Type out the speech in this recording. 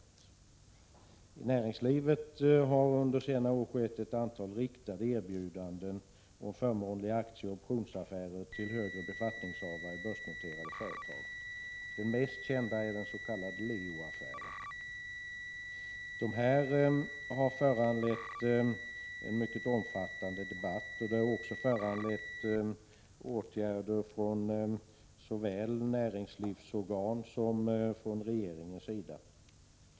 I näringslivet har under senare år gjorts ett antal riktade erbjudanden om förmånliga aktieoch optionsaffärer till högre befattningshavare i börsnoterade företag. Det mest kända är den s.k. Leoaffären. Detta har föranlett en mycket omfattande debatt och även åtgärder från såväl näringslivsorgan som regeringen.